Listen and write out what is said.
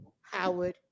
Howard